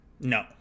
No